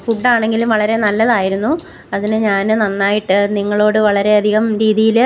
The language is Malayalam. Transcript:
ഫുഡ്ഡാണെങ്കിൽ വളരെ നല്ലതായിരുന്നു അതിൽ ഞാൻ നന്നായിട്ട് നിങ്ങളോട് വളരെയധികം രീതീൽ